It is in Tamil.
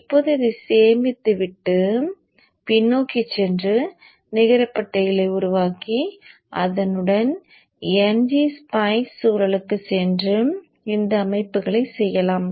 இப்போது இதைச் சேமித்துவிட்டு பின்னோக்கிச் சென்று நிகரப் பட்டியலை உருவாக்கி அதனுடன் ngSpice சூழலுக்குச் சென்று இந்த அமைப்புகளைச் செய்யலாம்